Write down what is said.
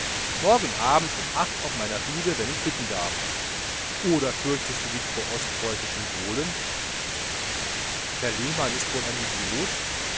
morgen abend um acht auf meiner bude wenn ich bitten darf oder fürchtest du dich vor ostpreußischen bowlen herr lehmann ist wohl ein idiot